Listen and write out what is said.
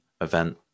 event